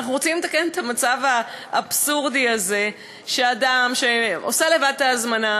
אנחנו רוצים לתקן את המצב האבסורדי הזה שאדם שעושה את ההזמנה,